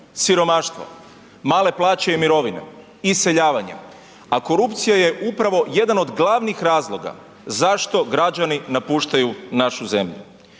siromaštvo, male plaće i mirovine, iseljavanje, a korupcija je upravo jedan od glavnih razloga zašto građani napuštaju našu zemlju.